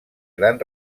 gran